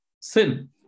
sin